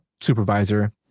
supervisor